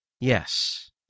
Yes